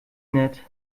nett